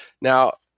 Now